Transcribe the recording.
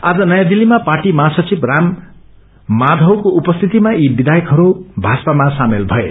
आज नयाँ दिल्लीमा पार्टी महासचिव राम माधवको उपस्थितिमा यी विधायक भाजपा सामेल भए